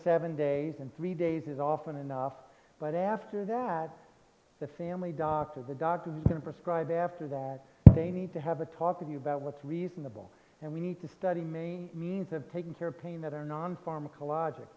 seven days and three days is often enough but after that the family doctor the doctor can prescribe after that they need to have a talk with you about what's reasonable and we need to study main means of taking care of pain that are non pharmacol